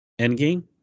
Endgame